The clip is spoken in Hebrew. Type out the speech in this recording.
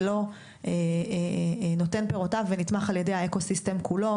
ולא נותן פירותיו ולא נתמך על האקוסיסטם כולו,